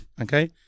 okay